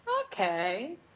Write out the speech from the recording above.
Okay